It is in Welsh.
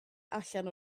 allan